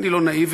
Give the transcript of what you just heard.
אני לא נאיבי,